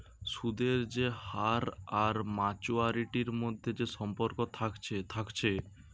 সুদের যে হার আর মাচুয়ারিটির মধ্যে যে সম্পর্ক থাকছে থাকছে